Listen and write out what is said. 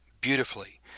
beautifully